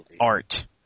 art